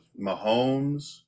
Mahomes